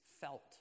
felt